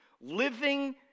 living